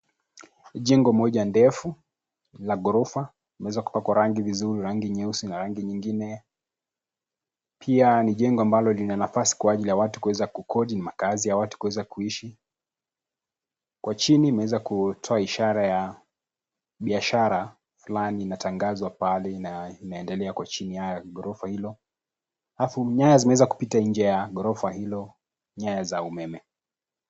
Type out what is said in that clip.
Jengo moja ndefu la gorofa limeweza kupakwa rangi vizuri, rangi nyeusi na rangi nyingine. Pia ni jengo ambalo lina nafasi kwa ajili ya watu kuweza kukodi, ni makazi ya watu kuweza kuishi. Kwa chini imeweza kutoa ishara ya biashara fulani inatangazwa pale na inaendelea kwa chini ya gorofa hilo. Alafu nyaya zimeweza kupita nje ya gorofa hilo, nyaya za umeme.